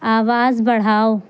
آواز بڑھاؤ